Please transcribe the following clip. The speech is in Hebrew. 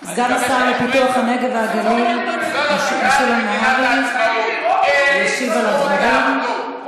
סגן השר לפיתוח הנגב והגליל משולם נהרי ישיב על הדברים.